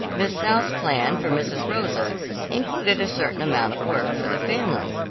miss south's plan for mrs. rosa included a certain amount of work for the family.